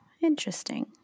Interesting